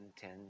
ten